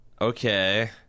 Okay